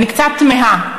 אני קצת תמהה.